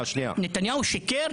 נתניהו שיקר?